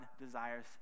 desires